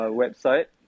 website